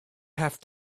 have